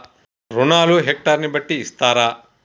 రుణాలు హెక్టర్ ని బట్టి ఇస్తారా?